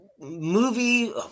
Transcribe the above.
movie